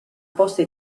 poste